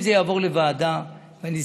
אם זה יעבור לוועדה,